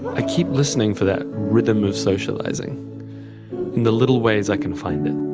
i keep listening for that rhythm of socialising and the little ways i can find it,